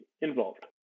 involved